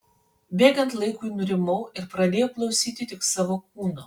bėgant laikui nurimau ir pradėjau klausyti tik savo kūno